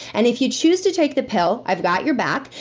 and if you choose to take the pill, i've got your back.